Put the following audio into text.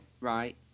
right